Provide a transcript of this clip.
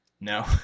No